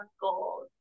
goals